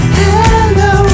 hello